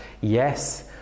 yes